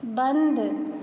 बन्द